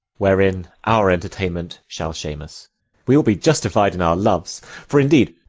wherein our entertainment shall shame us we will be justified in our loves for indeed